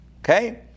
Okay